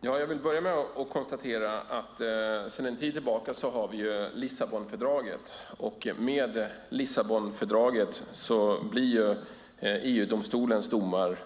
Fru talman! Jag vill börja med att konstatera att vi sedan en tid tillbaka har Lissabonfördraget. Med Lissabonfördraget blir EU-domstolens domar